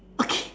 okay